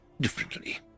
differently